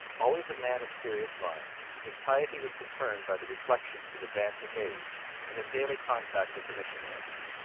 always a man of serious mind, his piety was confirmed by the reflections of advancing age and his daily contact with the missionaries.